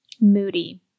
moody